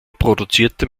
produzierte